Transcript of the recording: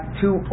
two